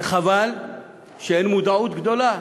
וחבל שאין מודעות גדולה.